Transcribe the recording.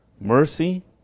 Mercy